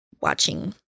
watching